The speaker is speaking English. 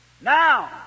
Now